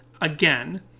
Again